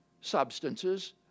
substances